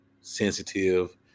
sensitive